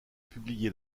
publié